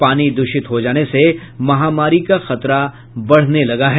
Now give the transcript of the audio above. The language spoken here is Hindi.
पानी दूषित हो जाने से महामारी का खतरा बढ़ने लगा है